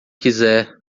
quiser